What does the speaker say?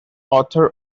author